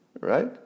right